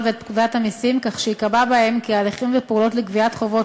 ואת פקודת המסים כך שייקבע בהם כי ההליכים והפעולות לגביית חובות,